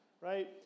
right